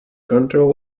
control